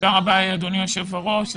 תודה רבה אדוני היושב ראש.